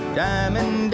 diamond